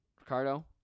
Ricardo